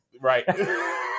Right